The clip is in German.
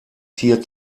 tier